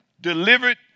Delivered